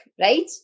right